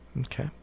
Okay